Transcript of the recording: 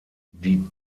die